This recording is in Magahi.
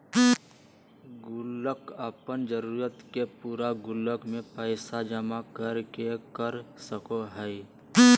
गुल्लक अपन जरूरत के पूरा गुल्लक में पैसा जमा कर के कर सको हइ